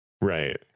Right